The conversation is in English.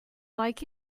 like